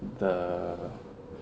the